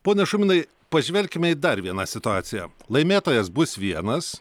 pone šuminai pažvelkime į dar vieną situaciją laimėtojas bus vienas